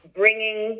bringing